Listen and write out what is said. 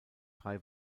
drei